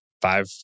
five